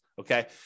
okay